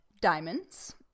Diamonds